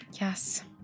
Yes